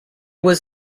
was